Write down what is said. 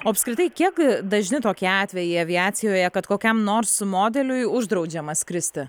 o apskritai kiek dažni tokie atvejai aviacijoje kad kokiam nors modeliui uždraudžiama skristi